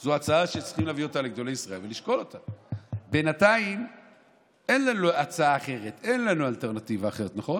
הוא הציע לנו לפני כמה חודשים לא ללכת עם נתניהו,